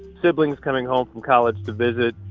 siblings coming home college to visit.